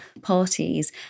parties